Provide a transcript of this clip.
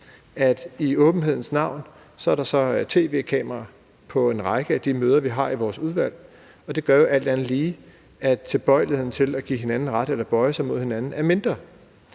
at i åbenhedens navn er der tv-kameraer på ved en række af de møder, vi har i vores udvalg, og det gør jo alt andet lige, at tilbøjeligheden til at give hinanden ret eller bøje sig mod hinanden er mindre.